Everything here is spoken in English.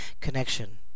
connection